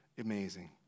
amazing